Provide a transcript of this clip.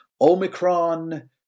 Omicron